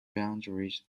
boundaries